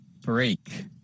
Break